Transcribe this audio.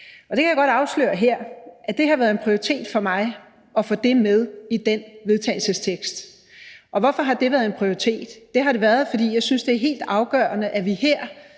og jeg kan godt afsløre her, at det har været en prioritet for mig at få det med i det forslag til vedtagelse. Hvorfor har det været en prioritet? Det har det været, fordi jeg synes, det er helt afgørende, at vi her